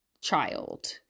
child